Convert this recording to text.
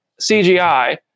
CGI